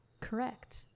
Correct